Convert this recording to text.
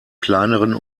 kleineren